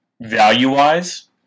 value-wise